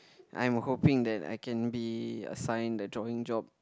I'm hoping that I can be assigned a drawing job